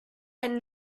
and